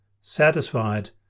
Satisfied